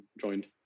joined